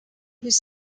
was